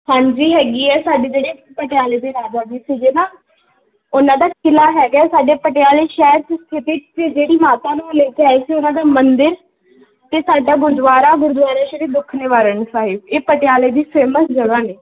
ਹਾਂਜੀ ਹੈਗੀ ਹੈ ਸਾਡੇ ਜਿਹੜੇ ਪਟਿਆਲੇ ਦੇ ਰਾਜਾ ਜੀ ਸੀਗੇ ਨਾ ਉਹਨਾਂ ਦਾ ਕਿਲ੍ਹਾ ਹੈਗਾ ਸਾਡੇ ਪਟਿਆਲੇ ਸ਼ਹਿਰ ਸਿਟੀ 'ਚ ਜਿਹੜੀ ਮਾਤਾ ਉਹਨਾਂ ਨੂੰ ਲੈ ਕੇ ਆਏ ਸੀ ਉਹਨਾਂ ਦਾ ਮੰਦਰ ਅਤੇ ਸਾਡਾ ਗੁਰਦੁਆਰਾ ਗੁਰਦੁਆਰਾ ਸ਼੍ਰੀ ਦੂਖਨਿਵਾਰਨ ਸਾਹਿਬ ਇਹ ਪਟਿਆਲੇ ਦੀ ਫੇਮਸ ਜਗ੍ਹਾ ਨੇ